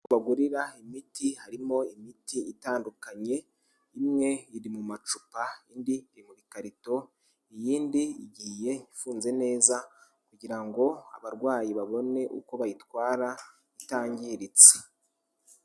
Aho bagurira imiti harimo imiti itandukanye, imwe iri mu macupa indi iri mu bikarito iyindi igiye infuze neza kugira ngo abarwayi babone uko bayitwara itangiritse.